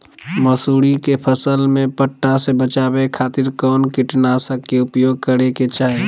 मसूरी के फसल में पट्टा से बचावे खातिर कौन कीटनाशक के उपयोग करे के चाही?